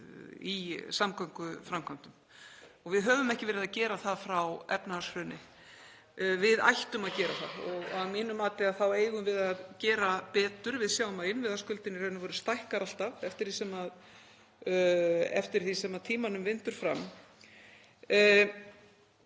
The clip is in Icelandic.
í samgönguframkvæmdum og höfum ekki verið að gera það frá efnahagshruni. Við ættum að gera það og að mínu mati eigum við að gera betur. Við sjáum að innviðaskuldin í raun stækkar alltaf eftir því sem tímanum vindur fram.